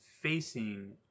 facing